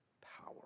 power